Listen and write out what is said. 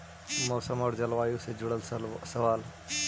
मौसम और जलवायु से जुड़ल सवाल?